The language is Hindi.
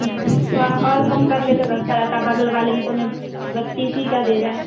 जी थोड़ा और कम कर लें तो अच्छा रहता है बगल वाले में तो हमें बत्तीस ही का दे रहा है